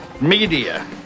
media